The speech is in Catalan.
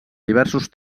diversos